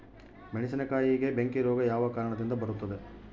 ಮೆಣಸಿನಕಾಯಿಗೆ ಬೆಂಕಿ ರೋಗ ಯಾವ ಕಾರಣದಿಂದ ಬರುತ್ತದೆ?